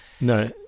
No